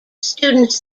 students